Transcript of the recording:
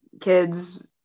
kids